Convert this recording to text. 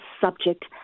subject